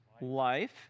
life